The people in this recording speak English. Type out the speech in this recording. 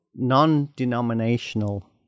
non-denominational